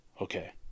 Okay